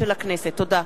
תודה.